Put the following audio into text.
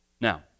Now